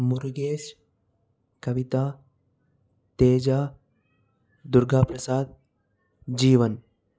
Murugesh Kavitha Teja Durgaprasad Jeevan